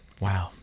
wow